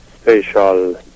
special